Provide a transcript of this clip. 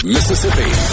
Mississippi